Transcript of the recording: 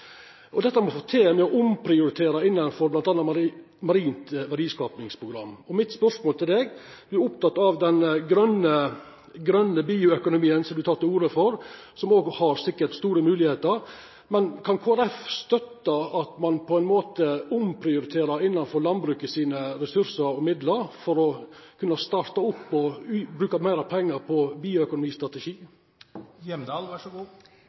bioøkonomistrategien. Dette har me fått til med å omprioritera innanfor m.a. Marint verdiskapingsprogram. Mitt spørsmål er: Representanten er oppteken av den grøne bioøkonomien, som ho har teke til orde for, som òg sikkert har store moglegheiter, men kan Kristeleg Folkeparti støtta at ein på ein måte omprioriterer innanfor landbruket sine ressursar og midlar for å kunna starta opp og bruka meir pengar på